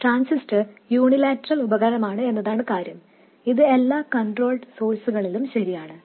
transistor unilateral ഉപകരണമാണ് എന്നതാണ് കാര്യം ഇത് എല്ലാ കണ്ട്രോൾട് സോഴ്സ്കളിലും ശരിയാണ്